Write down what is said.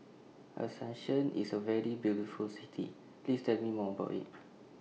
Asuncion IS A very beautiful City Please Tell Me More about IT